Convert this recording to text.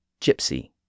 Gypsy